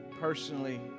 personally